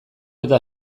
eta